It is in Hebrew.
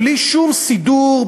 בלי שום סידור,